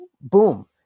boom